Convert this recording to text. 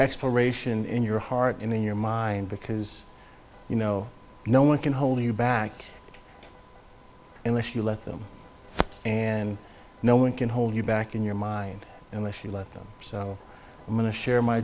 exploration in your heart in your mind because you know no one can hold you back unless you let them and no one can hold you back in your mind unless you let them so i'm going to share my